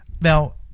now